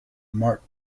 mark